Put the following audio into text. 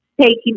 taking